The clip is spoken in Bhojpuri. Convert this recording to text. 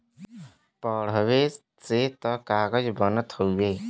पेड़वे से त कागज बनत हउवे